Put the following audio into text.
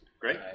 Great